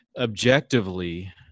objectively